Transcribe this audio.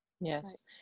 Yes